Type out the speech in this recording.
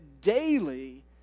daily